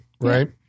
right